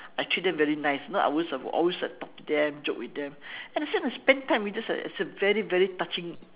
I treat them very nice you know I always always like talk to them joke with them and I said my spend time with them it's a it's a very very touching